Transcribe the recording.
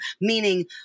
meaning